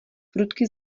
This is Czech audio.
prudký